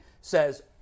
says